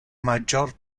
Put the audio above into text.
major